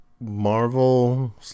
Marvel